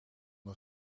een